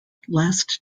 last